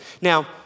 Now